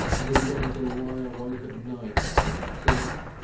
and he began to lie awake at night and think.